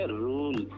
rule